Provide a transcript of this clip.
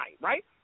right